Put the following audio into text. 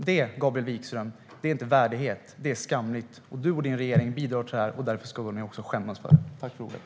Det är inte värdighet, Gabriel Wikström, utan skamligt. Du och din regering bidrar till det. Därför ska ni också skämmas för det.